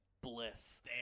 bliss